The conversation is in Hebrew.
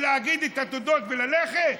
להגיד את התודות וללכת?